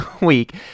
week